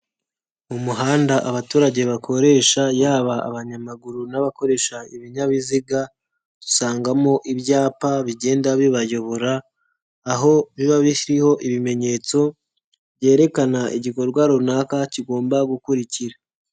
Umuhanda abaturage bakoresha yaba abanyamaguru n'abakoresha ibinyabiziga, dusangamo ibyapa bigenda bibayobora, aho biba bishiho ibimenyetso, byerekana igikorwa runaka kigomba gukurikira.